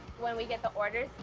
when we get the orders,